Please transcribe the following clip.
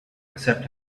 except